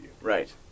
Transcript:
Right